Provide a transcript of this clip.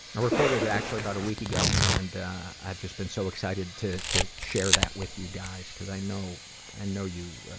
ah recorded it actually about a week ago, and i've just been so excited to to share that with you guys, cause i know i know you